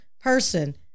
person